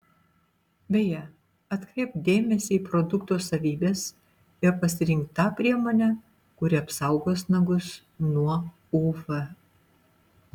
beje atkreipk dėmesį į produkto savybes ir pasirink tą priemonę kuri apsaugos nagus nuo uv